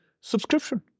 subscription